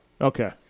Okay